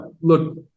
look